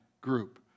group